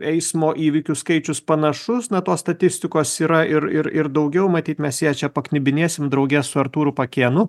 eismo įvykių skaičius panašus na tos statistikos yra ir ir ir daugiau matyt mes ją čia paknibinėsim drauge su artūru pakėnu